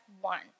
one